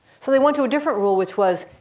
so they went to a different rule which was,